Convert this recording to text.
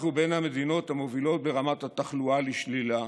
אנחנו בין המדינות המובילות ברמת התחלואה לשלילה.